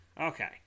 Okay